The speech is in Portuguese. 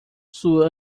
sua